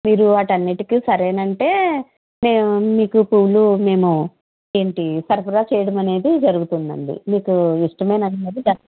మీరు వాటన్నిటికి సరే అంటే మేము మీకు పూలు మేము ఏంటి సరఫరా చేయడం అనేది జరుగుతుందండి మీకు ఇష్టమేనా అండి మరి